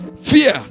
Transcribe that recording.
Fear